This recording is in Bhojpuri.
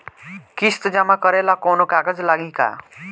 किस्त जमा करे ला कौनो कागज लागी का?